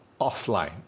offline